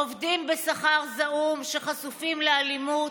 עובדים בשכר זעום שחשופים לאלימות,